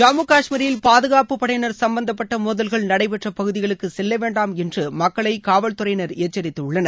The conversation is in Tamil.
ஜம்மு கஷ்மீரில் பாதுகாப்பு படையினர் சம்பந்தப்பட்ட மோதல்கள் நடைபெற்ற பகுதிகளுக்கு செல்ல வேண்டாம் என்று மக்களை காவல்துறையினர் எச்சரித்துள்ளனர்